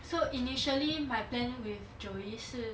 so initially my plan with joey 是